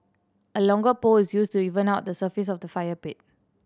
a longer pole is used to even out the surface of the fire pit